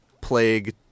plague